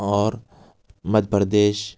اور مدھیہ پردیش